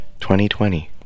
2020